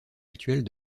actuelle